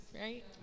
right